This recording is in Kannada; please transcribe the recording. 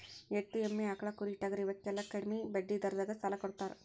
ಎತ್ತು, ಎಮ್ಮಿ, ಆಕ್ಳಾ, ಕುರಿ, ಟಗರಾ ಇವಕ್ಕೆಲ್ಲಾ ಕಡ್ಮಿ ಬಡ್ಡಿ ದರದಾಗ ಸಾಲಾ ಕೊಡತಾರ